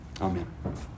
Amen